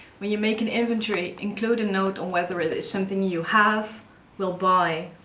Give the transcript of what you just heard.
when you make an inventory, include a note on whether it is something you have will buy,